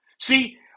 See